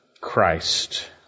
Christ